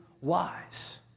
wise